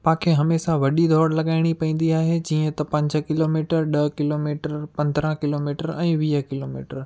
पंहिंखे हमेशह वॾी दौड़ लगाइणी पवंदी आहे जीअं त पंज किलोमीटर ॾह किलोमीटर पंद्रहां किलोमीटर ऐं वीह किलोमीटर